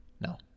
No